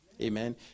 Amen